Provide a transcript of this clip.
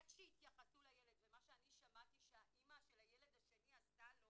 איך שהתייחסו לילד ומה שאני שמעתי שהאימא של הילד השני עשתה לו